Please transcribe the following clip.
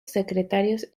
secretarios